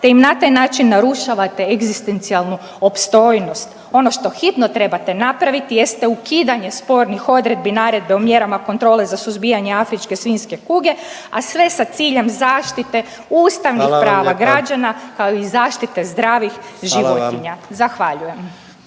te im na taj način narušavate egzistencijalnu opstojnost. Ono što hitno trebate napraviti jeste ukidanje spornih odredbi naredbe o mjerama kontrole za suzbijanje afričke svinjske kuge, a sve sa ciljem zaštite ustavnih prava … .../Upadica: Hvala vam